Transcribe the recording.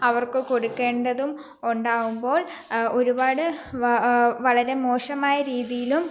അവർക്ക് കൊടുക്കേണ്ടതും ഉണ്ടാകുമ്പോൾ ഒരുപാട് വ വളരെ മോശമായ രീതിയിലും